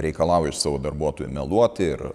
reikalauja iš savo darbuotojų meluot ir